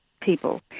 people